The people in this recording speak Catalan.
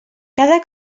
cada